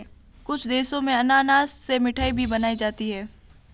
कुछ देशों में अनानास से मिठाई भी बनाई जाती है